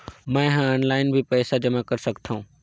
मैं ह ऑनलाइन भी पइसा जमा कर सकथौं?